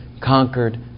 conquered